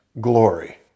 glory